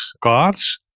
cards